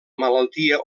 malaltia